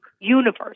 universe